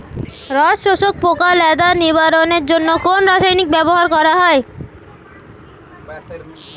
রস শোষক পোকা লেদা নিবারণের জন্য কোন রাসায়নিক ব্যবহার করা হয়?